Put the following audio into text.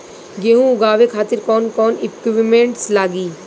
गेहूं उगावे खातिर कौन कौन इक्विप्मेंट्स लागी?